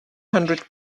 hundred